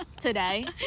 Today